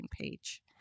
page